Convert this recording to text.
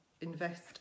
invest